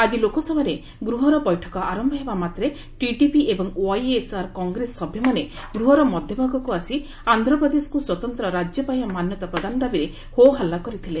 ଆକି ଲୋକସଭାରେ ଗୃହର ବୈଠକ ଆରମ୍ଭ ହେବାମାତେ ଟିଡିପି ଏବଂ ୱାଇଏସ୍ଆର୍ କଂଗ୍ରେସ ସଭ୍ୟମାନେ ଗୃହର ମଧ୍ୟଭାଗକୁ ଆସି ଆନ୍ଧ୍ରପ୍ଦେଶକ୍ତ ସ୍ୱତନ୍ତ ରାଜ୍ୟ ପାହ୍ୟା ମାନ୍ୟତା ପ୍ରଦାନ ଦାବିରେ ହୋ ହଲ୍ଲା କରିଥିଲେ